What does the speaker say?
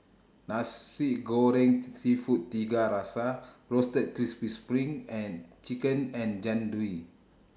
Nasi Goreng Seafood Tiga Rasa Roasted Crispy SPRING and Chicken and Jian Dui